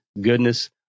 goodness